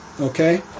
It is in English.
Okay